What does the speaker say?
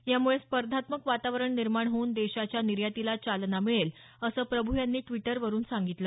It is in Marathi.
यामुळे स्पर्धात्मक वातावरण निर्माण होऊन देशाच्या निर्यातीला चालना मिळेल असं प्रभू यांनी द्विटरवरून सांगितलं